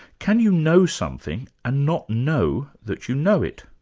can you know something and not know that you know it?